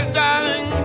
darling